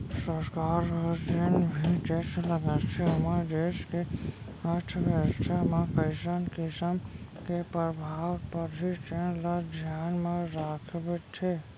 सरकार ह जेन भी टेक्स लगाथे ओमा देस के अर्थबेवस्था म कइसन किसम के परभाव परही तेन ल धियान म राखथे